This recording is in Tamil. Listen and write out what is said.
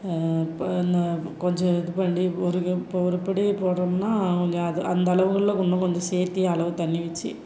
இப்போ இந்த கொஞ்சம் இது பண்ணி ஒரு இப்போ ஒரு படி போடுறோம்னா கொஞ்சம் அது அந்த அளவுங்களில் இன்னும் கொஞ்சம் சேத்தி அளவு தண்ணி வைச்சி